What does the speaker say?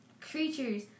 creatures